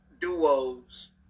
duos